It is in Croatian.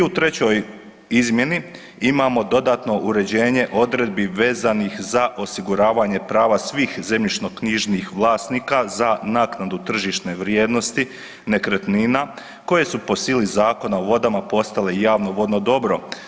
I u trećoj izmjeni imamo dodatno uređenje odredbi vezanih za osiguravanje prava svih zemljišnoknjižnih vlasnika za naknadu tržišne vrijednosti nekretnina koje su po sili Zakona o vodama postale javno vodno dobro.